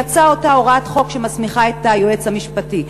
יצאה אותה הוראת חוק שמסמיכה את היועץ המשפטי.